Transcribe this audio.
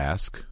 Ask